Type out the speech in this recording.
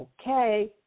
okay